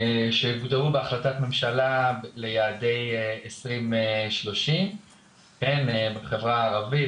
שהוגדרו בהחלטת הממשלה ליעדי 2030 בחברה הערבית,